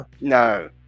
No